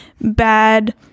bad